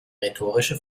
rhetorische